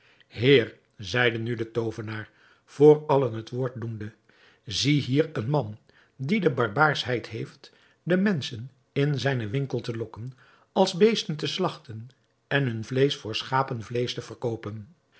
heer zeide nu de toovenaar voor allen het woord doende zie hier een man die de barbaarschheid heeft de menschen in zijnen winkel te lokken als beesten te slagten en hun vleesch voor schapenvleesch te verkoopen